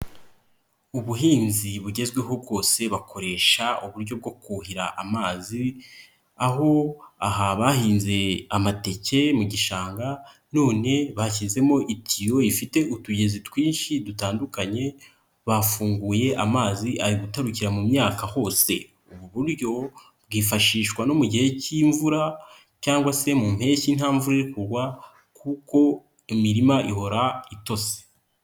Ubuhinzi bugezweho bwose bakoresha uburyo bwo kuhira amazi. Aho aha bahinze amateke mu gishanga, none bashyizemo itiyo ifite utugezi twinshi dutandukanye. Bafunguye amazi ari gutarukira mu myaka hose. Ubu buryo bwifashishwa no mu gihe cy'imvura cyangwa se mu mpeshyi nta mvura iri kugwa kuko imirima ihora itose.